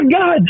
God